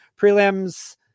prelims